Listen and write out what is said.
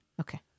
Okay